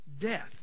death